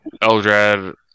Eldred